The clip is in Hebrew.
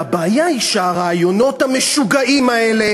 והבעיה היא שהרעיונות המשוגעים האלה